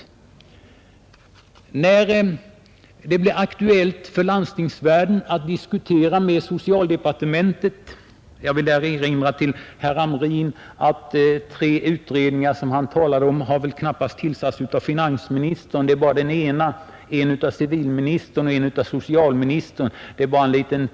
Jag vill inom parentes säga till herr Hamrin att inte alla de tre utredningar som han talade om har tillsatts av finansministern, Det är bara en av utredningarna som han har tillsatt — en har tillsatts av civilministern och en av socialministern.